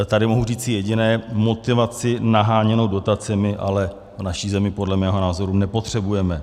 Tady mohu říci jediné: motivaci naháněnou dotacemi ale v naší zemi podle mého názoru nepotřebujeme.